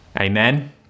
Amen